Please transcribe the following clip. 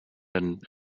and